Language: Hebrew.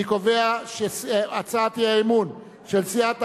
אני קובע שהצעת האי-אמון של סיעת העבודה,